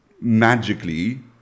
magically